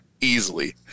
Easily